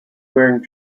wearing